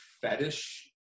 fetish